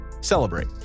celebrate